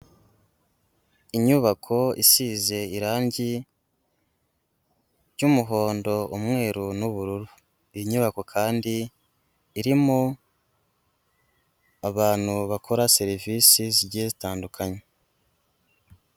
Inyubako isize irangi ry'umuhondo, umweru n'ubururu, iyi nyubako kandi irimo abantu bakora serivisi zigiye zitandukanye.